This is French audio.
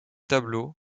tableaux